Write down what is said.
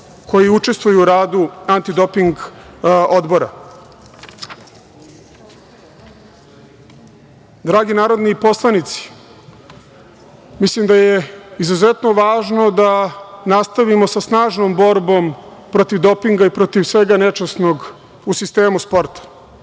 koji učestvuju u radu Antidoping odbora. Dragi narodni poslanici, mislim da je izuzetno važno da nastavimo sa snažnom borbom protiv dopinga i protiv svega nečasnog u sistemu sporta.